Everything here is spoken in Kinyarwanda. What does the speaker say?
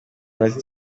iminota